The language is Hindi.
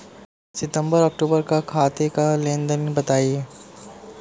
सितंबर अक्तूबर का खाते का लेनदेन बताएं